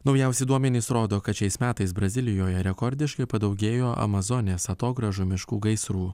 naujausi duomenys rodo kad šiais metais brazilijoje rekordiškai padaugėjo amazonės atogrąžų miškų gaisrų